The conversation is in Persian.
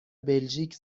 بلژیک